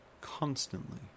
constantly